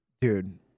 Dude